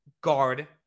guard